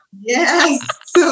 Yes